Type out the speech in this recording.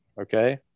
Okay